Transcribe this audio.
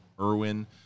Irwin